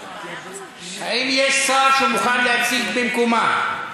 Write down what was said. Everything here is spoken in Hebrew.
האם יש שר שמוכן להציג במקומה?